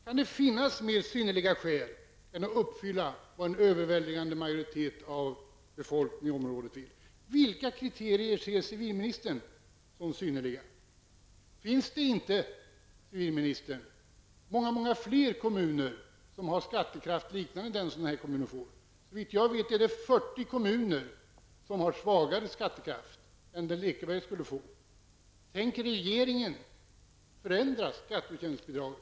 Kan det finnas mer synnerliga skäl än att uppfylla vad en överväldigande majoritet av befolkningen i området vill? Vilka kriterier ser civilministern som synnerliga? Finns det inte många fler kommuner som har en skattekraft liknande den som denna kommun kommer att få? Såvitt jag vet finns det 40 kommuner som har svagare skattekraft än den Lekeberg skulle få. Tänker regeringen förändra skatteutjämningsbidraget?